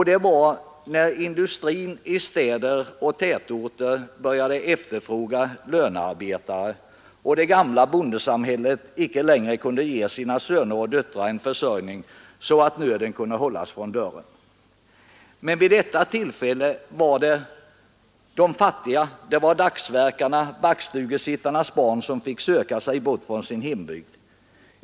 Det var när industrin i städer och tätorter började efterfråga lönearbetare och det gamla bondesamhället inte längre kunde ge sina söner och döttrar en försörjning så att nöden kunde hållas från dörren. Men vid detta tillfälle var det de fattiga — dagsverkarna, backstugesittarnas barn — som fick söka sig bort från sin hembygd.